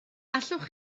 allwch